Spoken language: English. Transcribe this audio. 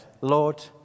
Lord